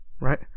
right